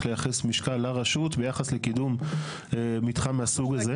לייחס משקל לרשות ביחס לקידום מתחם מהסוג הזה.